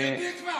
עזוב.